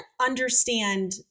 understand